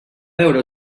veure